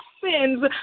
sins